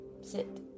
Sit